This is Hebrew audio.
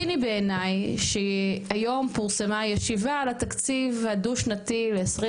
ציני בעיני שהיום פורסמה ישיבה על התקציב הדו שנתי ל- 2023,